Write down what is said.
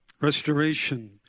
Restoration